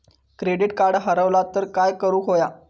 Credit card हरवला तर काय करुक होया?